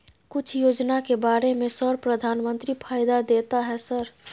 कुछ योजना के बारे में सर प्रधानमंत्री फायदा देता है सर?